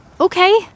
Okay